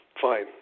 fine